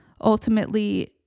ultimately